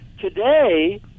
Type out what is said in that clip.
Today